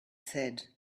said